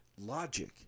logic